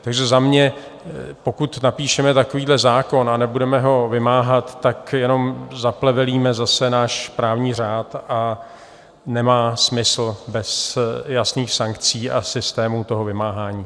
Takže za mě, pokud napíšeme takový zákon a nebudeme ho vymáhat, tak jenom zaplevelíme zase náš právní řád a nemá to smysl bez jasných sankcí a systému vymáhání.